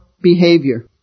behavior